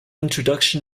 introduction